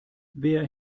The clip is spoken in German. wer